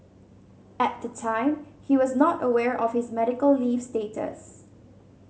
at the time he was not aware of his medical leave status